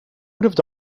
would